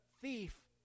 thief